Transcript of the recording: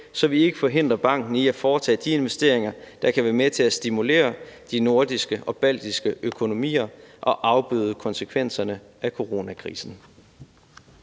så vi ikke forhindrer banken i at foretage de investeringer, der kan være med til at stimulere de nordiske og baltiske økonomier og afbøde konsekvenserne af coronakrisen.